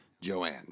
Joanne